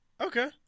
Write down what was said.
Okay